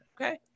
okay